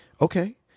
okay